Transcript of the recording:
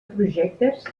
projectes